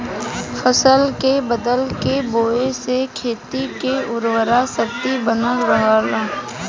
फसल के बदल के बोये से खेत के उर्वरा शक्ति बनल रहला